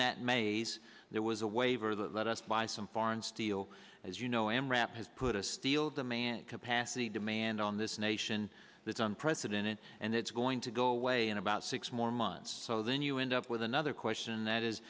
maze there was a waiver that let us buy some foreign steel as you know and rap has put a steel demand capacity demand on this nation that unprecedented and it's going to go away in about six more months so then you end up with another question that is